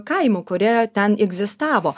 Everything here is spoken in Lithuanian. kaimų kurie ten egzistavo